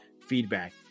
feedback